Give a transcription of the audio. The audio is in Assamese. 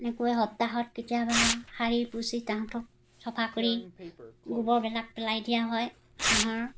এনেকৈ সপ্তাহত কেতিয়াবা সাৰি পুছি তাহাঁতক চফা কৰি গোবৰবিলাক পেলাই দিয়া হয় হাঁহৰ